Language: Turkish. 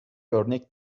örnek